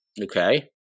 Okay